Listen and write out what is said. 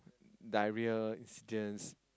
diarrhoea incidents